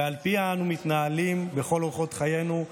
ועל פיה אנו מתנהלים בכל אורחות חיינו,